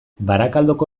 barakaldoko